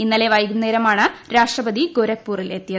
ഇന്നലെ വൈകുന്നേരമാണ് രാഷ്ട്രപതി ഗൊരഖ്പൂരിൽ എത്തിയത്